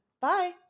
Bye